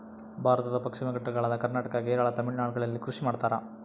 ಭಾರತದ ಪಶ್ಚಿಮ ಘಟ್ಟಗಳಾದ ಕರ್ನಾಟಕ, ಕೇರಳ, ತಮಿಳುನಾಡುಗಳಲ್ಲಿ ಕೃಷಿ ಮಾಡ್ತಾರ?